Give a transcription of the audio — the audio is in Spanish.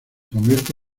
convierte